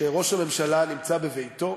שראש הממשלה נמצא בביתו,